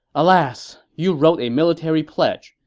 alas, you wrote a military pledge,